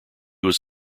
was